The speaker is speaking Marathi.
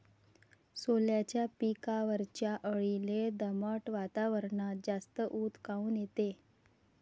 सोल्याच्या पिकावरच्या अळीले दमट वातावरनात जास्त ऊत काऊन येते?